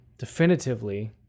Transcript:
definitively